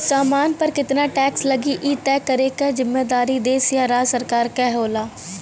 सामान पर केतना टैक्स लगी इ तय करे क जिम्मेदारी देश या राज्य सरकार क होला